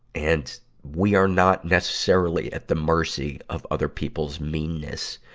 and we are not necessarily at the mercy of other people's meanness.